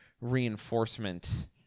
reinforcement